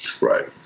Right